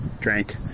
drank